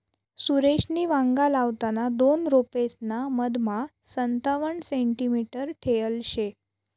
सुरेशनी वांगा लावताना दोन रोपेसना मधमा संतावण सेंटीमीटर ठेयल शे